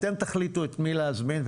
אתם תחליטו את מי להזמין,